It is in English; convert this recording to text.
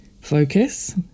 focus